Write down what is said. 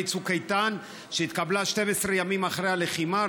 צוק איתן שהתקבלה 12 ימים אחרי הלחימה,